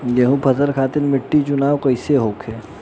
गेंहू फसल खातिर मिट्टी चुनाव कईसे होखे?